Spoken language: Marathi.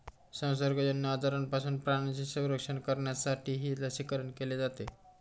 संसर्गजन्य आजारांपासून प्राण्यांचे संरक्षण करण्यासाठीही लसीकरण केले जाते